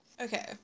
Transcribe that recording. Okay